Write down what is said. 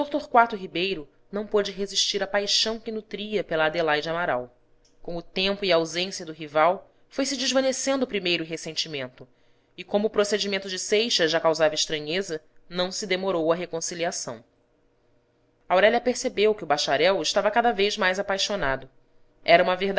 torquato ribeiro não pôde resistir à paixão que nutria pela adelaide amaral com o tempo e ausência do rival foi-se desvanecendo o primeiro ressentimento e como o procedimento de seixas já causava estranheza não se demorou a reconci liação aurélia percebeu que o bacharel estava cada vez mais apaixonado era uma